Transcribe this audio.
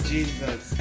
Jesus